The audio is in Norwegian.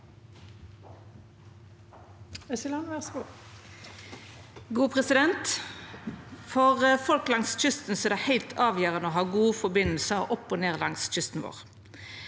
(H) For folk langs kys- ten er det heilt avgjerande å ha gode forbindelsar opp og ned langs kysten vår.